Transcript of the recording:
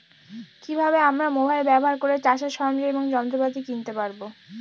কি ভাবে আমরা মোবাইল ব্যাবহার করে চাষের সরঞ্জাম এবং যন্ত্রপাতি কিনতে পারবো?